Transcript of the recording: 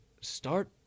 start